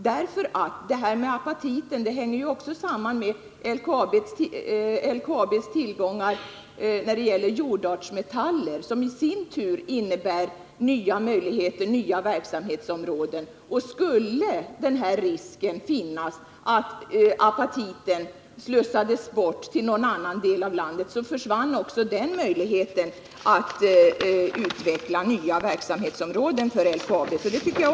Apatittillgången hänger samman med LKAB:s tillgångar i fråga om jordartsmetaller, som i sin tur innebär nya möjligheter och nya verksamhetsområden. Skulle apatiten slussas bort till någon annan del av landet, skulle också den möjligheten att utveckla nya verksamhetsområden för LKAB försvinna.